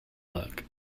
luck